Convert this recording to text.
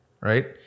right